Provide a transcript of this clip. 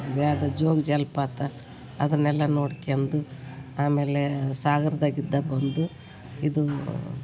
ಇದು ಯಾವುದೋ ಜೋಗ ಜಲಪಾತ ಅದನ್ನೆಲ್ಲ ನೋಡ್ಕೊಂಡು ಆಮೇಲೇ ಸಾಗರದಾಗಿದ್ದ ಬಂದು ಇದೂ